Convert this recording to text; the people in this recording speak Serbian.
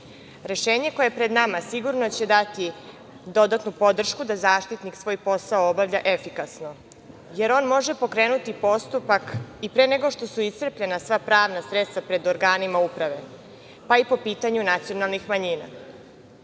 koje je pred nama sigurno će dati dodatnu podršku da Zaštitnik svoj posao obavlja efikasno, jer on može pokrenuti postupak i pre nego što su iscrpljena sva pravna sredstva pred organima uprave, pa i po pitanju nacionalnih